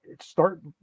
start